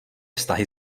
vztahy